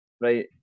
right